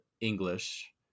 English